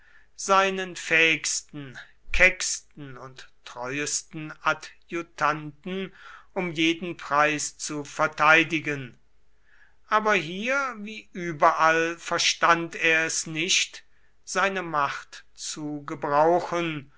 seinen fähigsten kecksten und treuesten adjutanten um jeden preis zu verteidigen aber hier wie überall verstand er es nicht seine macht zu gebrauchen